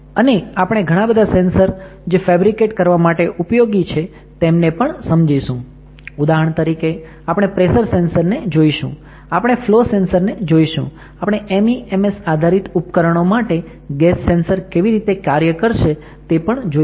અને આપણે ઘણા બધા સેન્સર્સ જે ફેબ્રિકેટ કરવા માટે ઉપયોગી છે તેમને પણ સમજીશું ઉદાહરણ તરીકે આપણે પ્રેસર સેન્સરને જોઈશું આપણે ફલો સેન્સરને જોઈશું આપણે MEMS આધારિત ઉપકરણો માટે ગેસ સેન્સર કેવી રીતે કાર્ય કરશે તે પણ જોઈશું